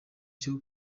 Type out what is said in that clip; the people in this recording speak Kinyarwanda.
cyo